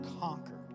conquered